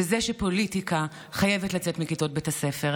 וזה שפוליטיקה חייבת לצאת מכיתות בית הספר.